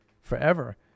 forever